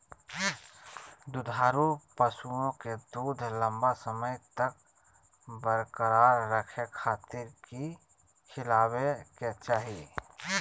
दुधारू पशुओं के दूध लंबा समय तक बरकरार रखे खातिर की खिलावे के चाही?